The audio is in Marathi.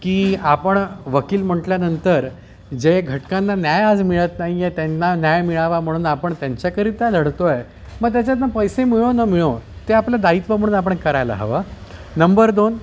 की आपण वकील म्हटल्यानंतर जे घटकांना न्याय आज मिळत नाही आहे त्यांना न्याय मिळावा म्हणून आपण त्यांच्याकरिता लढतो आहे मग त्याच्यातून पैसे मिळो न मिळो ते आपलं दायित्व म्हणून आपण करायला हवं नंबर दोन